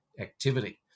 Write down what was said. activity